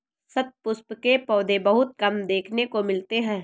शतपुष्प के पौधे बहुत कम देखने को मिलते हैं